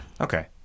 Okay